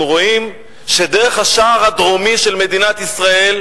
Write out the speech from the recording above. רואים שדרך השער הדרומי של מדינת ישראל,